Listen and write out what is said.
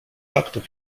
faktów